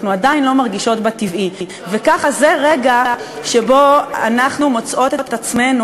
זה רגע שבו אנחנו מוצאות את עצמנו,